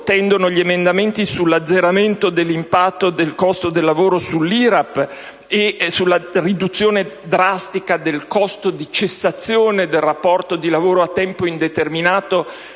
tendono gli emendamenti sull'azzeramento dell'impatto del costo del lavoro sull'IRAP e sulla riduzione drastica del costo di cessazione del rapporto di lavoro a tempo indeterminato